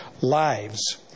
lives